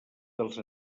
dels